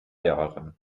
jahren